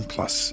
Plus